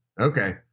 Okay